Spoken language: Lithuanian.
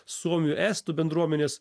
suomių estų bendruomenės